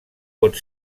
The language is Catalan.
pot